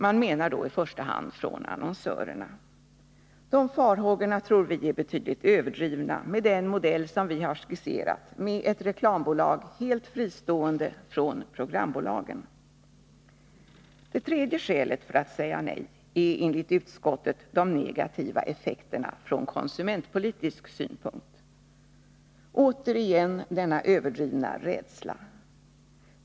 Man menar då i första hand från annonsörerna. De farhågorna tror vi är betydligt överdrivna när det gäller den modell som vi har skisserat med ett reklambolag helt fristående från programbolagen. Det tredje skälet för att säga nej är enligt utskottet de negativa effekterna från konsumentpolitisk synpunkt. Återigen denna överdrivna rädsla!